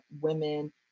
women